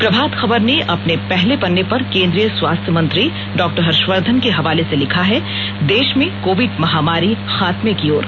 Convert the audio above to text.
प्रभात खबर ने अपने पहले पन्ने पर केंद्रीय स्वास्थ्य मंत्री डॉ हर्षवर्धन के हवाले से लिखा है देश में कोविड महामारी खात्मे की ओर